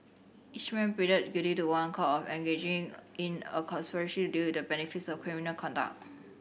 each man pleaded guilty to one count of engaging in a conspiracy to deal with the benefits of criminal conduct